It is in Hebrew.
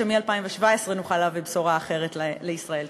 שמ-2017 נוכל להביא בשורה אחרת לישראל.